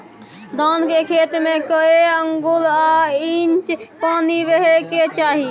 धान के खेत में कैए आंगुर आ इंच पानी रहै के चाही?